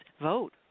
vote